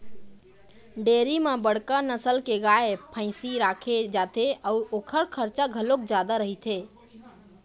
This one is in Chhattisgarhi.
डेयरी म बड़का नसल के गाय, भइसी राखे जाथे अउ ओखर खरचा घलोक जादा रहिथे